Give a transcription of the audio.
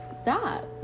stop